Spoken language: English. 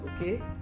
okay